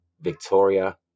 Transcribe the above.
Victoria